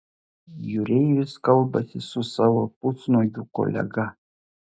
jūreivis kalbasi su savo pusnuogiu kolega